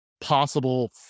possible